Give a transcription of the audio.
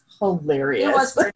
hilarious